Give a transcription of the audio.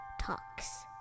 Talks